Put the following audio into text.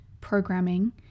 programming